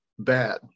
bad